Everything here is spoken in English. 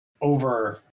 over